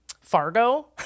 Fargo